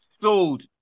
sold